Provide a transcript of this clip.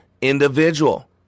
individual